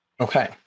Okay